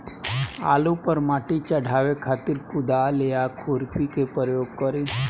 आलू पर माटी चढ़ावे खातिर कुदाल या खुरपी के प्रयोग करी?